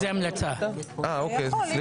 זאת